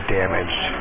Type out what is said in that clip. damaged